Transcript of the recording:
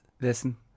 Listen